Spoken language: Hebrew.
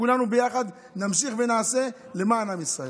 כולנו יחד נמשיך ונעשה למען עם ישראל.